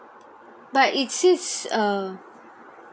but is it err